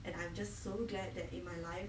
and I'm just so glad that in my life